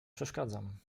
przeszkadzam